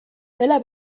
dela